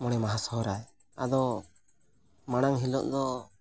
ᱢᱚᱬᱮ ᱢᱟᱦᱟ ᱥᱚᱦᱨᱟᱭ ᱟᱫᱚ ᱢᱟᱲᱟᱝ ᱦᱤᱞᱳᱜ ᱫᱚ